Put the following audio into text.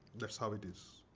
that's how it is.